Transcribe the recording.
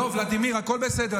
ולדימיר, הכול בסדר.